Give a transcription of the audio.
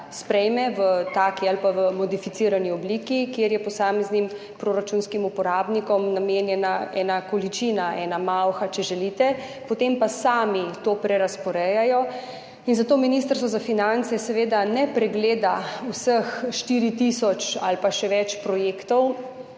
sprejme v taki ali pa v modificirani obliki, kjer je posameznim proračunskim uporabnikom namenjena ena količina, ena malha, če želite, potem pa sami to prerazporejajo. In zato Ministrstvo za finance seveda ne pregleda vseh 4 tisoč ali pa še več projektov,